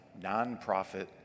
nonprofit